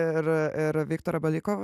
ir ir viktorą balikovą